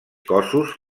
cossos